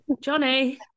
Johnny